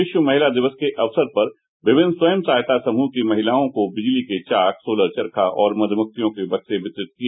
विश्व महिला दिवस के अवसर पर विभिन्न स्वयं सहायता समूह की महिलाओं को बिजली के चाक सोलर चरखा और मध्यमक्खियों के बक्से वितरित किए